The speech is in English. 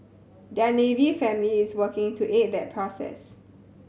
their Navy family is working to aid that process